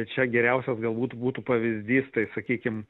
čia geriausias galbūt būtų pavyzdys tai sakykim